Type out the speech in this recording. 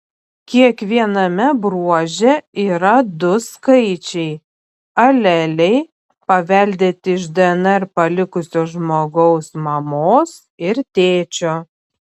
kiekviename bruože yra du skaičiai aleliai paveldėti iš dnr palikusio žmogaus mamos ir tėčio